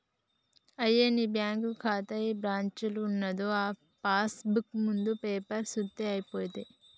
అయ్యో నీ బ్యాంకు ఖాతా ఏ బ్రాంచీలో ఉన్నదో ఆ పాస్ బుక్ ముందు పేపరు సూత్తే అయిపోయే